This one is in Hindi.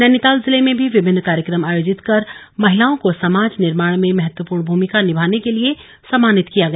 नैनीताल जिले में भी विभिन्न कार्यक्रम आयोजित कर महिलाओं को समाज निर्माण में महत्वपूर्ण भूमिका निभाने के लिए सम्मानित किया गया